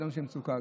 שידענו שיש מצוקה,